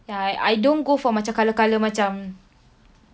ya I I don't go for macam colour colour macam